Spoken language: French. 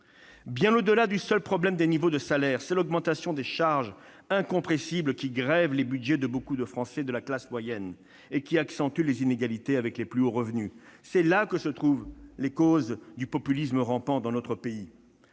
Bien au-delà de la seule question du niveau des salaires, c'est l'augmentation des charges incompressibles qui grève le budget de beaucoup de Français de la classe moyenne et qui accentue les inégalités avec les plus hauts revenus. C'est cette augmentation qui est à l'origine du populisme rampant dans notre pays.